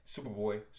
Superboy